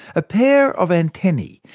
a pair of antennae,